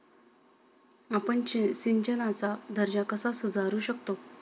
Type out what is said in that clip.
आपण सिंचनाचा दर्जा कसा सुधारू शकतो?